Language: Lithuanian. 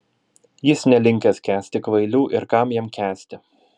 jis nelinkęs kęsti kvailių ir kam jam kęsti